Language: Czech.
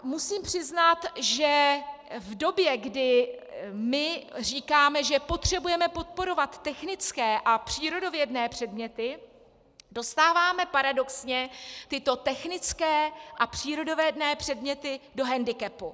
Musím přiznat, že v době, kdy my říkáme, že potřebujeme podporovat technické a přírodovědné předměty, dostáváme paradoxně tyto technické a přírodovědné předměty do hendikepu.